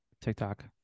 TikTok